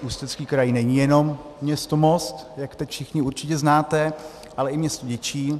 Ústecký kraj není jenom město Most, jak teď všichni určitě znáte, ale i město Děčín.